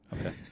Okay